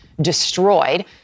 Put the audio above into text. destroyed